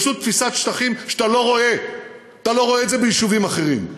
פשוט תפיסת שטחים שאתה לא רואה את זה ביישובים אחרים,